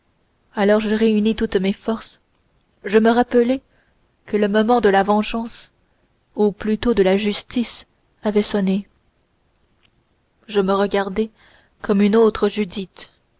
alors je réunis toutes mes forces je me rappelai que le moment de la vengeance ou plutôt de la justice avait sonné je me regardai comme une autre judith